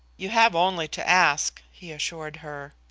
you have only to ask, he assured her.